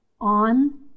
on